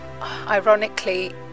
ironically